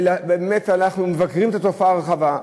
ובאמת, אנחנו מבקרים את התופעה הרחבה.